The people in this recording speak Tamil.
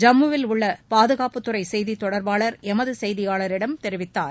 ஜம்முவில் உள்ள் பாதுகாப்புத்துறை செய்தித் தொடர்பாளர் எமது செய்தியாளரிடம் தெரிவித்தார்